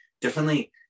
differently